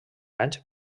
anys